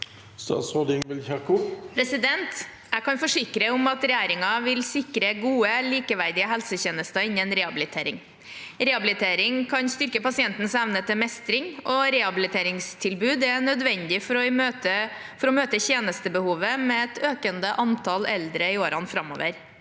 Jeg kan forsikre om at regjeringen vil sikre gode og likeverdige helsetjenester innen rehabilitering. Rehabilitering kan styrke pasientens evne til mestring, og rehabiliteringstilbud er nødvendig for å møte tjenestebehovet med et økende antall eldre i årene framover.